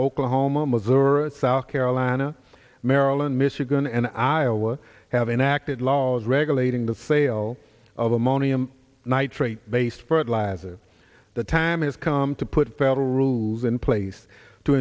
oklahoma missouri south carolina maryland michigan and iowa have enacted laws regulating the sale of ammonium nitrate based fertilizer the time has come to put federal rules in place to